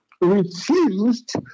refused